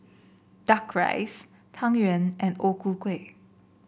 duck rice Tang Yuen and O Ku Kueh